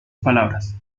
palabras